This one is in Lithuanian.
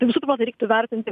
tai visur man reiktų vertinti